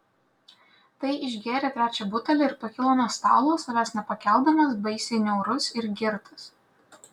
tai išgėrė trečią butelį ir pakilo nuo stalo savęs nepakeldamas baisiai niaurus ir girtas